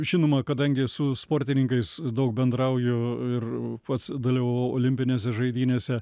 žinoma kadangi su sportininkais daug bendrauju ir pats dalyvavau olimpinėse žaidynėse